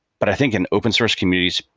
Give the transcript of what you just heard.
but i think in open source communities,